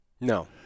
No